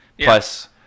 plus